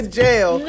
jail